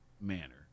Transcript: manner